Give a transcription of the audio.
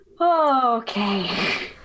Okay